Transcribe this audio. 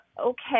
okay